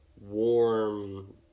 warm